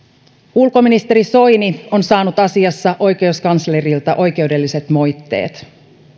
ulkoministeri soini on saanut asiassa oikeuskanslerilta oikeudelliset moitteet